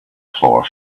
floor